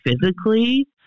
physically